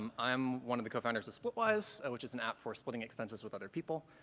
um i'm one of the co-founders of splitwise, which is an app for splitting expenses with other people.